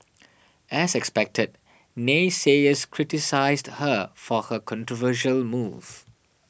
as expected naysayers criticised her for her controversial move